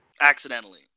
Accidentally